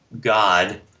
god